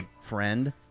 friend